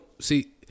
See